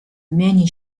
many